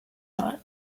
not